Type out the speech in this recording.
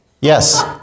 Yes